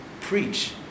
preach